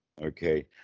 okay